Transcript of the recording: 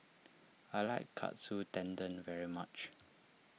I like Katsu Tendon very much